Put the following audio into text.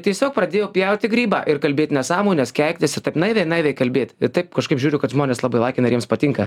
tiesiog pradėjo pjauti grybą ir kalbėt nesąmones keiktis ir taip naiviai naiviai kalbėti taip kažkaip žiūriu kad žmonės labai laikina ir jiems patinka